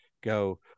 go